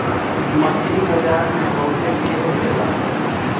मछरी बाजार में बहुते भीड़ होखेला